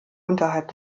unterhalb